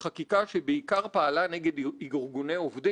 להתארגן אלא ביכולת של הכסף הגדול להתארגן.